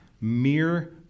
mere